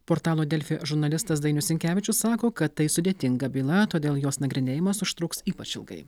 portalo delfi žurnalistas dainius sinkevičius sako kad tai sudėtinga byla todėl jos nagrinėjimas užtruks ypač ilgai